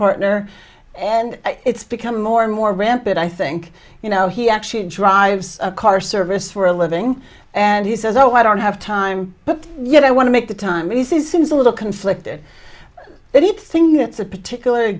partner and it's becoming more and more rampid i think you know he actually drives a car service for a living and he says oh i don't have time but yet i want to make the time he says seems a little conflicted anything that's a particularly